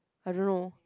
I don't know